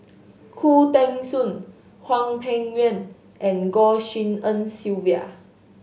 Khoo Teng Soon Hwang Peng Yuan and Goh Tshin En Sylvia